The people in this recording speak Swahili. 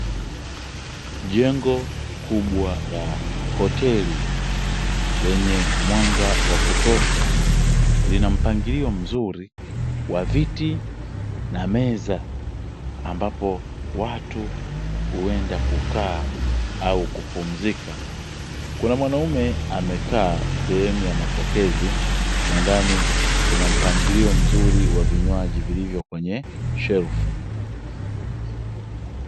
Jengo kubwa la hoteli lenye mwanga wa kutosha lina mpangilio mzuri wa viti na meza ambapo watu huenda kukaa au kupumzika, kuna mwanaume amekaa sehemu ya mapokezi kwa ndani kuna mpangilio mzuri wa vinywaji vilivyo kwenye shelfu.